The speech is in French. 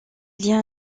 liens